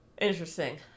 interesting